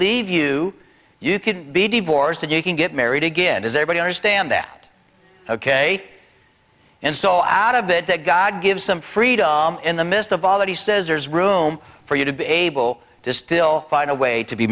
leave you you can be divorced and you can get married again is able to understand that ok and so out of that that god gives some freedom in the midst of all that he says there's room for you to be able to still find a way to be